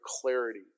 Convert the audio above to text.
clarity